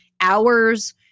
hours